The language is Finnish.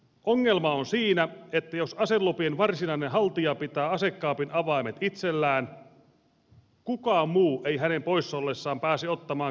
ongelma on siinä että jos aselupien varsinainen haltija pitää asekaapin avaimet itsellään kukaan muu ei hänen poissa ollessaan pääse ottamaan kaapista asetta